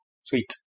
Sweet